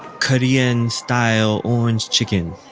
korean-style orange chicken